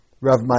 Rav